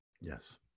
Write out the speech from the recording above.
Yes